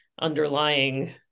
underlying